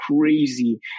crazy